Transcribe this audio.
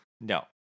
No